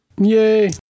Yay